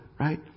right